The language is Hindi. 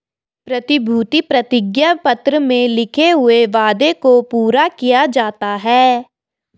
प्रतिभूति प्रतिज्ञा पत्र में लिखे हुए वादे को पूरा किया जाता है